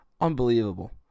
Unbelievable